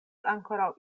ankoraŭ